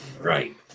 Right